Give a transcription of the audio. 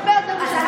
הרבה יותר ממה שהיה